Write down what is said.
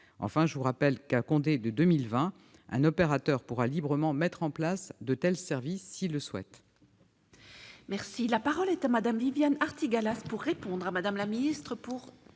Enfin, je vous le rappelle, à compter de 2020, un opérateur pourra librement mettre en place de tels services s'il le souhaite.